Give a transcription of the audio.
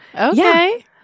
Okay